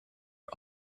are